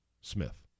Smith